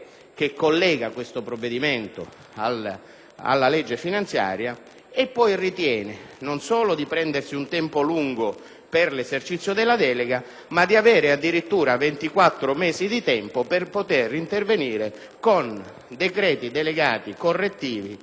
che collega il provvedimento in esame alla legge finanziaria; dall'altro, ritiene poi non solo di prendersi un tempo lungo per l'esercizio della delega, ma di avere addirittura 24 mesi di tempo per poter intervenire con decreti delegati correttivi,